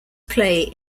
play